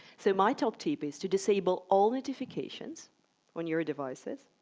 so my top tip is to disable all notifications on your devices,